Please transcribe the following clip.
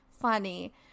funny